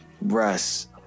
Russ